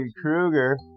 Krueger